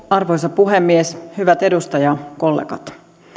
arvoisa puhemies hyvät edustajakollegat